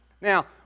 Now